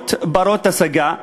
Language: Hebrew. בדירות בנות-השגה,